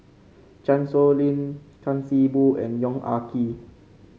Chan Sow Lin Tan See Boo and Yong Ah Kee